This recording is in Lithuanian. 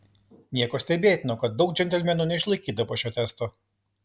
nieko stebėtino kad daug džentelmenų neišlaikydavo šio testo